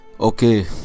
okay